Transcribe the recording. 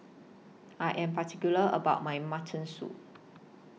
I Am particular about My Mutton Soup